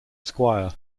esquire